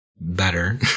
better